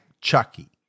Chucky